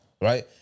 right